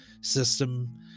system